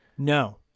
No